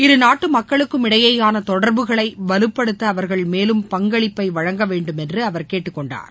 இருநாட்டு மக்களுக்கும் இடையேயான தொடர்புகளை வலுப்படுத்த அவர்கள் மேலும் பங்களிப்பை வழங்கவேண்டும ் என்று அவர் கேட்டுக்கொண்டார்